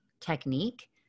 technique